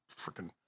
freaking